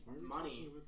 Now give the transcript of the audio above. money